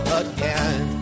again